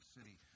City